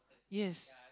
yes